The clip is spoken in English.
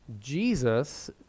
Jesus